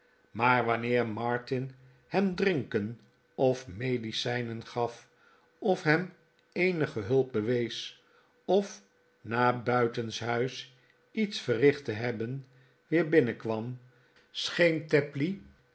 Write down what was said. maar wanneer martin hem drinken of medicijnen gaf of hem eenige hulp bewees of na buitenshuis iets verricht te hebben weer binnenkwam scheen tapley